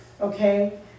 okay